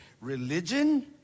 religion